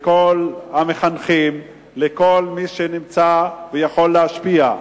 לכל המחנכים, לכל מי שנמצא ויכול להשפיע,